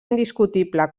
indiscutible